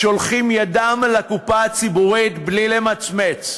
שולחים ידם לקופה הציבורית בלי למצמץ,